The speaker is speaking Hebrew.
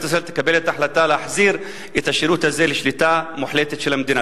ישראל יקבלו את ההחלטה להחזיר את השירות הזה לשליטה מוחלטת של המדינה.